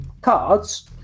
cards